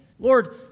Lord